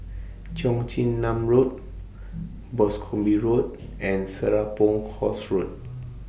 Cheong Chin Nam Road Boscombe Road and Serapong Course Road